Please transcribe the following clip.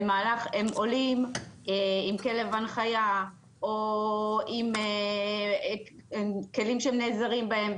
הם עולים עם כלב נחייה או עם כלים שהם נעזרים בהם,